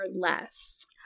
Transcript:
less